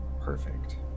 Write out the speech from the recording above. Perfect